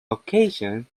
location